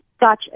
gotcha